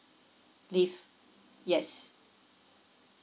leave yes